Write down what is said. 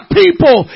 people